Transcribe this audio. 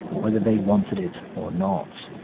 whether they wanted it or not.